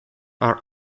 are